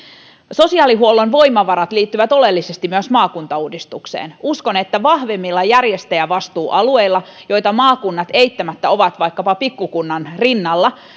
sosiaalihuollon voimavarat liittyvät oleellisesti myös maakuntauudistukseen uskon että vahvemmilla järjestäjävastuualueilla joita maakunnat eittämättä ovat vaikkapa pikkukunnan rinnalla